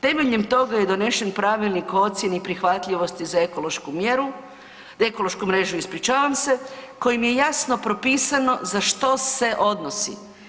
Temeljem toga je donesen Pravilnik o ocjeni prihvatljivosti za ekološku mjeru, ekološku mrežu, ispričavam se, kojim je jasno propisano za što se odnosi.